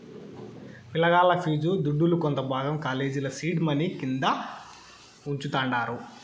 పిలగాల్ల ఫీజు దుడ్డుల కొంత భాగం కాలేజీల సీడ్ మనీ కింద వుంచతండారు